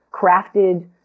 crafted